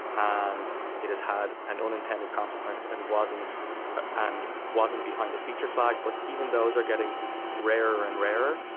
and it has had an unintended consequence and wasn't and wasn't behind a feature flag. but even those are getting rarer and rarer.